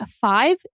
five